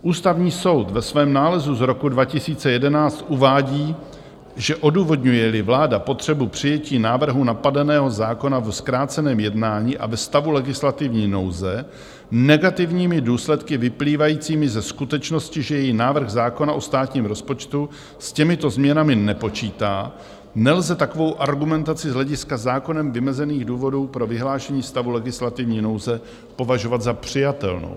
Ústavní soud ve svém nálezu z roku 2011 uvádí, že odůvodňujeli vláda potřebu přijetí návrhu napadeného zákona ve zkráceném jednání a ve stavu legislativní nouze negativními důsledky vyplývajícími ze skutečnosti, že její návrh zákona o státním rozpočtu s těmito změnami nepočítá, nelze takovou argumentaci z hlediska zákonem vymezených důvodů pro vyhlášení stavu legislativní nouze považovat za přijatelnou.